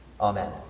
Amen